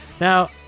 Now